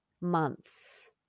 months